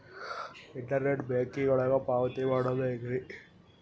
Internet banking ಒಳಗ ಪಾವತಿ ಮಾಡೋದು ಹೆಂಗ್ರಿ?